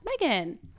Megan